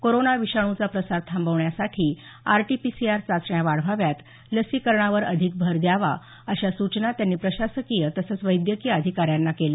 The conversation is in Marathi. कोरोना विषाणूचा प्रसार थांबविण्यासाठी आरटीपीसीआर चाचण्या वाढवाव्यात लसीकरणावर अधिक भर द्यावा अशा सूचना त्यांनी प्रशासकीय तसंच वैद्यकीय अधिकाऱ्यांना केल्या